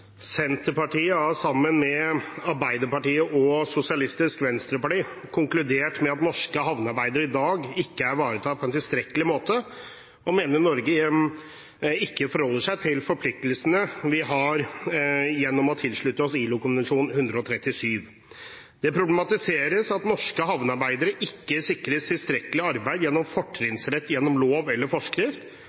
Senterpartiet har sammen med Arbeiderpartiet og Sosialistisk Venstreparti konkludert med at norske havnearbeidere i dag ikke er ivaretatt på en tilstrekkelig måte, og mener at Norge ikke forholder seg til forpliktelsene vi har gjennom å ha tilsluttet oss ILO-konvensjon 137. Det problematiseres at norske havnearbeidere ikke sikres tilstrekkelig arbeid gjennom fortrinnsrett gjennom lov eller forskrift,